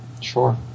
Sure